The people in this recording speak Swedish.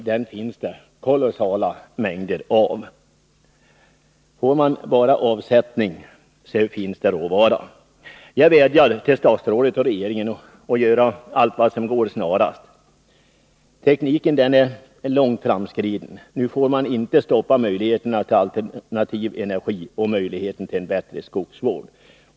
Det finns kolossala mängder av råvara, så det gäller bara att få avsättning för den. Jag vädjar till statsrådet och regeringen att göra allt vad som går snarast. Tekniken är långt framskriden. Nu får man inte stoppa möjligheterna till alternativ energi och möjligheten till en bättre skogsvård.